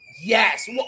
yes